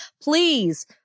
please